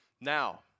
Now